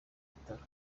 bitaro